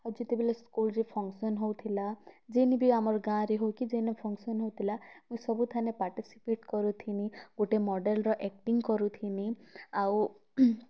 ଆଉ ଯେତେବେଲେ ସ୍କୁଲରେ ଫଙ୍କସନ୍ ହେଉଥିଲା ଯେନେ ବି ଆମର୍ ଗାଁରେ ହେଉ କି ଯେନେ ଫଙ୍କସନ୍ ହେଉଥିଲା ମୁଇଁ ସବୁଠାନେ ପାର୍ଟିସିପେଟ୍ କରୁଥିନିଁ ଗୁଟେ ମଡ଼େଲ୍ର ଏକ୍ଟିଙ୍ଗ୍ କରୁଥିନି ଆଉ